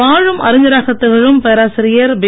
வாழும் அறிஞராகத் திகழும் பேராசிரியர் பி